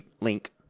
link